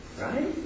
right